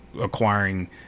acquiring